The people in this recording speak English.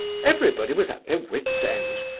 everybody was at their wits' end.